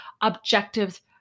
objectives